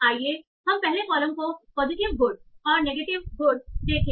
आइए हम पहले कॉलम को पॉजिटिव गुड और नेगेटिव गुड देखें